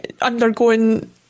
undergoing